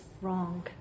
wrong